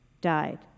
died